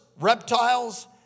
reptiles